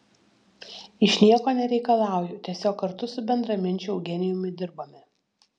iš nieko nereikalauju tiesiog kartu su bendraminčiu eugenijumi dirbame